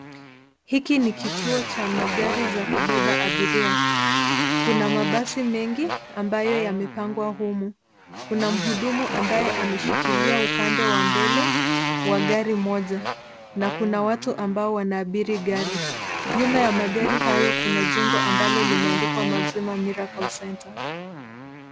Hiki ni kituo cha magari za kubeba abiria. Kuna mabasi mengi ambayo yamepangwa humu. Kuna mhudumu ambaye ameshikilia upande wa mbele wa gari moja na kuna watu ambao wanaabiri gari. Nyuma ya magari hayo kuna jengo ambalo limeandikwa Maximum Miracle Centre